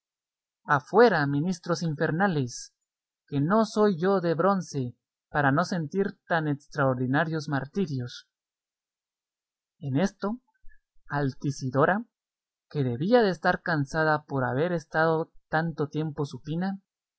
afuera ministros infernales que no soy yo de bronce para no sentir tan extraordinarios martirios en esto altisidora que debía de estar cansada por haber estado tanto tiempo supina